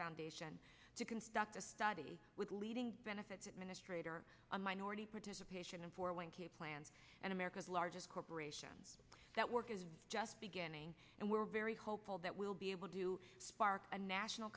foundation to construct a study with leading benefits administrator on minority participation and four one k plans and america's largest corporation that work is just beginning and we're very hopeful that we'll be able to spark a national